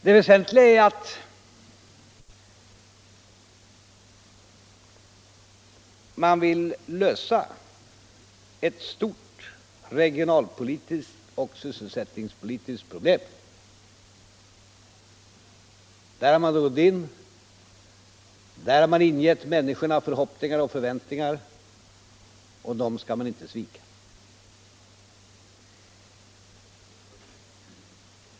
Det väsentliga är viljan att lösa ett stort regionalpolitiskt och sysselsättningspolitiskt problem. Där har man gått in, där har man ingett människorna förhoppningar och förväntningar, och dem skall man inte svika.